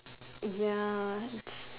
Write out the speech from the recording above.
ya it's